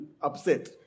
upset